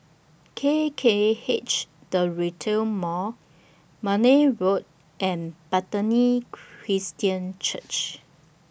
K K H The Retail Mall Marne Road and Bethany Christian Church